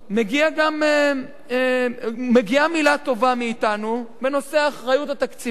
מגיעה מלה טובה מאתנו בנושא האחריות התקציבית.